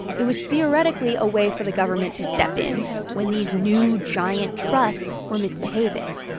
it was theoretically a way for the government to step in when these new giant trusts were misbehaving.